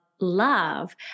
love